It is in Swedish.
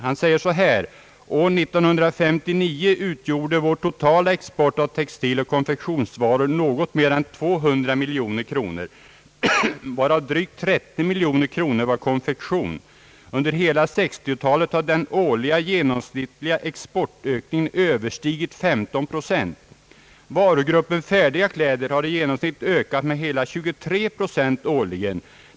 Han säger: »År 1959 utgjorde vår totala export av textiloch konfektionsvaror något mer än 200 miljoner kronor, varav drygt 30 miljoner kronor var konfektion. Under hela 60 talet har den årliga genomsnittliga exportökningen överstigit 15 procent. Varugruppen färdiga kläder har i genomsnitt ökat med hela 23 procent årligen.